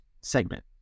segment